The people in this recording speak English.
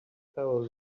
fellow